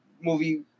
movie